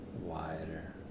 wider